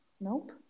nope